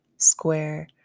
square